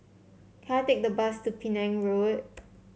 can I take the bus to Penang Road